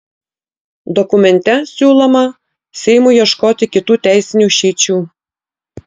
dokumente siūloma seimui ieškoti kitų teisinių išeičių